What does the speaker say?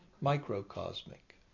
Microcosmic